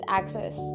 access